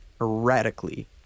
erratically